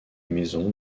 maison